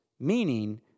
meaning